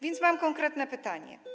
Więc mam konkretne pytanie: